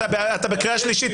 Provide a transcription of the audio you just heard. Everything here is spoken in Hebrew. אתה בקריאה שלישית.